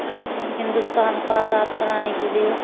ہندوستان کو آزاد کرانے کے لیے